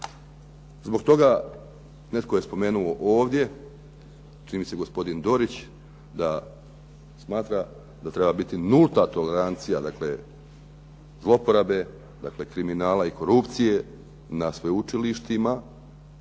Zbog toga, netko je spomenuo ovdje, čini mi se gospodin Dorić da smatra da treba biti nulta tolerancija, dakle zlouporabe kriminala i korupcije na sveučilištima